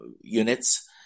units